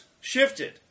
shifted